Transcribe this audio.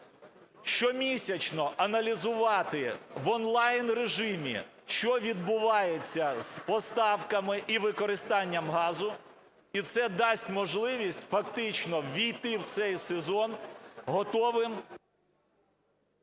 Щомісячно аналізувати в онлайн-режимі, що відбувається з поставками і використанням газу, і це дасть можливість фактично ввійти в цей сезон готовим...